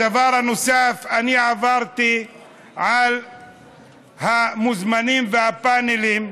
הדבר הנוסף, אני עברתי על המוזמנים והפאנלים,